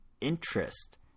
interest